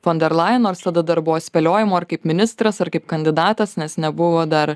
fonderlajen nors tada dar buvo spėliojimų ar kaip ministras ar kaip kandidatas nes nebuvo dar